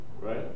Right